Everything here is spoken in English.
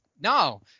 No